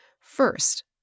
First